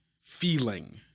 feeling